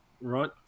Right